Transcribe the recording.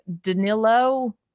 danilo